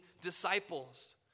disciples